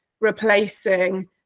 replacing